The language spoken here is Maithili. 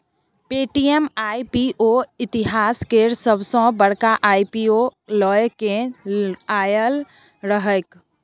पे.टी.एम आई.पी.ओ इतिहास केर सबसॅ बड़का आई.पी.ओ लए केँ आएल रहैक